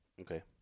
Okay